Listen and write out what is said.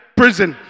prison